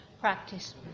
Practice